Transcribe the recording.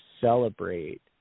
celebrate